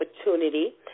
opportunity